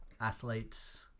athletes